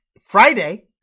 Friday